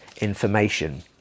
information